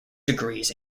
degrees